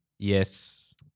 Yes